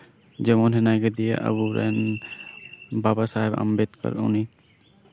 ᱡᱮᱢᱚᱱ ᱢᱮᱱᱟᱭ ᱠᱟᱫᱮᱭᱟ ᱟᱵᱚᱨᱮᱱ ᱵᱟᱵᱟ ᱥᱟᱦᱮᱵᱽ ᱟᱢᱵᱮᱹᱫᱽᱠᱚᱨ